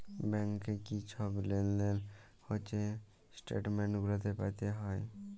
ব্যাংকে কি ছব লেলদেল হছে ইস্ট্যাটমেল্ট গুলাতে পাতে হ্যয়